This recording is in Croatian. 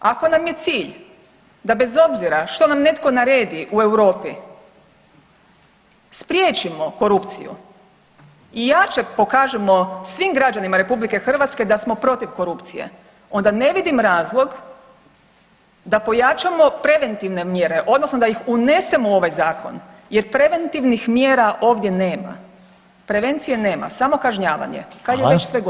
Ako nam je cilj da bez obzira što nam netko naredi u Europi spriječimo korupciju i jače pokažemo svim građanima RH da smo protiv korupcije onda ne vidim razlog da pojačamo preventivne mjere odnosno da ih unesemo u ovaj zakon jer preventivnih mjera ovdje nema, prevencije nema, samo kažnjavanje [[Upadica: Hvala.]] kad je već sve gotovo.